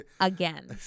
Again